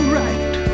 right